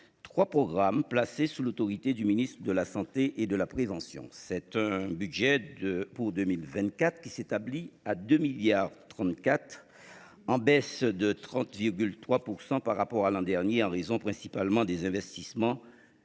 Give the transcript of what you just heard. trois programmes placés sous l’autorité du ministre de la santé et de la prévention. Son budget pour 2024 s’établit à 2,34 milliards d’euros, en baisse de 30,3 % par rapport à l’an dernier, en raison principalement des investissements